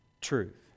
truth